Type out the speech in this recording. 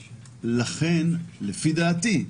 לכן, לפי דעתי,